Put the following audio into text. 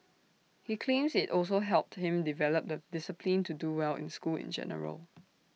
he claims IT also helped him develop the discipline to do well in school in general